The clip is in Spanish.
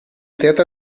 trata